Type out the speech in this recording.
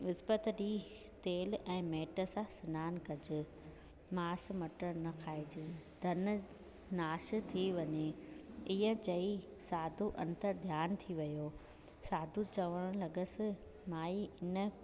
विस्पति ॾींहुं तेल ऐं मेट सां सनानु कॼो मांस मटर न खाइजांइ धन नाश थी वञे इहो चई साधू अंतर्ध्यान थी वियो साधू चवणु लॻुसि माई इन